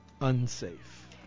unsafe